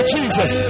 Jesus